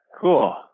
Cool